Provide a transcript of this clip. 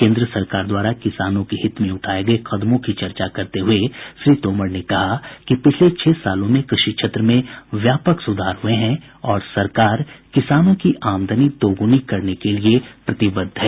केन्द्र सरकार द्वारा किसानों के हित में उठाये गये कदमों की चर्चा करते हुए श्री तोमर ने कहा कि पिछले छह सालों में कृषि क्षेत्र में व्यापक सुधार हुए हैं और सरकार किसानों की आमदनी दोगुनी करने के लिये प्रतिबद्ध है